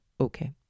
Okay